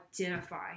identify